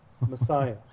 Messiah